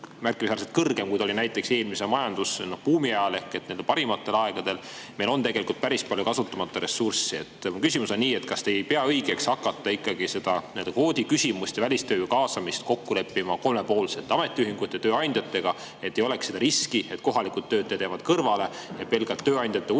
märkimisväärselt kõrgem, kui see oli näiteks eelmise majandusbuumi ajal ehk parimatel aegadel. Meil on tegelikult päris palju kasutamata ressurssi. Mu küsimus on, kas te ei pea õigeks ikkagi seda kvoodiküsimust ja välistööjõu kaasamist kokku leppida kolmepoolselt ametiühingute ja tööandjatega, et ei oleks riski, et kohalikud töötajad jäävad kõrvale ja pelgalt tööandjate